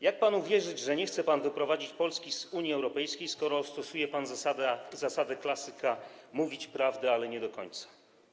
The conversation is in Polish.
Jak panu uwierzyć, że nie chce pan wyprowadzić Polski z Unii Europejskiej, skoro stosuje pan zasadę klasyka: mówić prawdę, ale nie do końca?